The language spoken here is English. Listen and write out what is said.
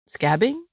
scabbing